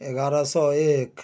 ग्यारह सौ एक